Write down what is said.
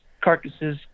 carcasses